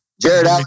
Jared